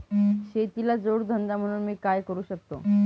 शेतीला जोड धंदा म्हणून मी काय करु शकतो?